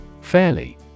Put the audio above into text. Fairly